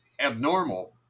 abnormal